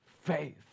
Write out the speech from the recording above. faith